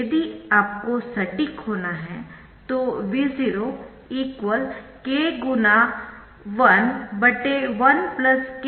यदि आपको सटीक होना है तो V0 k 1 1 k A 0 Vi के बराबर होगा